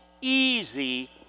easy